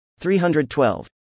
312